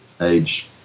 age